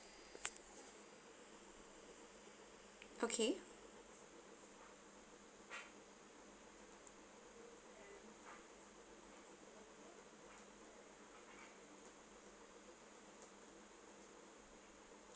okay